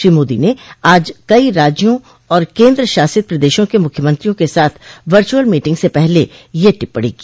श्री मोदी ने आज कई राज्यों और केन्द्र शासित प्रदेशों के मुख्यमंत्रियों के साथ वर्चुवल मीटिंग से पहले यह टिप्पणी की